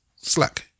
slack